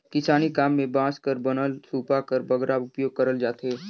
किसानी काम मे बांस कर बनल सूपा कर बगरा उपियोग करल जाथे